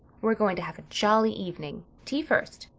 we're going to have a jolly evening. tea first.